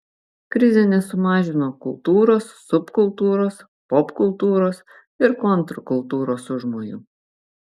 krizė nesumažino kultūros subkultūros popkultūros ir kontrkultūros užmojų